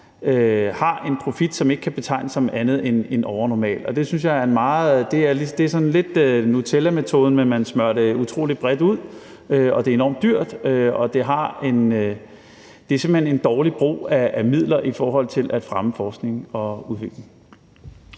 har en profit, der ikke kan betegnes som andet end overnormal. Det er sådan lidt nutellametoden med, at man smører det utrolig bredt ud, og at det er enormt dyrt. Det er simpelt hen en dårlig brug af midler i forhold til at fremme forskning og udvikling.